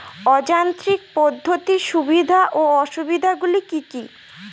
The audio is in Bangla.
অযান্ত্রিক পদ্ধতির সুবিধা ও অসুবিধা গুলি কি কি?